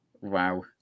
Wow